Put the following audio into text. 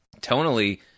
tonally